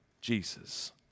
Jesus